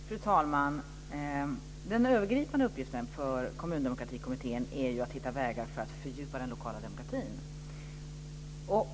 Fru talman! Den övergripande uppgiften för Kommundemokratikommittén är att hitta vägar för att fördjupa den lokala demokratin.